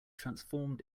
transformed